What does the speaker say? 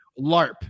LARP